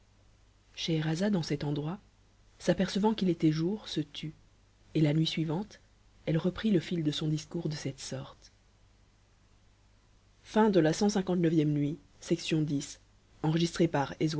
scheherazade en cet endroit s'apercevant qu'il était jour se tut et la nuit suivante elle reprit le fil de son discours de cette sorte clx nuit